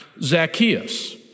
Zacchaeus